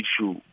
issue